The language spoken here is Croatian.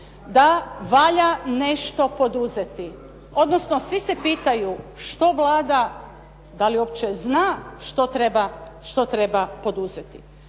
da valja nešto poduzeti. Odnosno, svi se pitaju što Vlada, da li uopće zna što treba poduzeti.